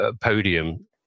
podium